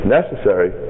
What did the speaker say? necessary